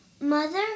mother